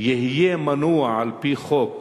יהיה מנוע על-פי חוק